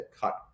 cut